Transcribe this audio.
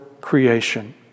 creation